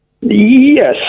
Yes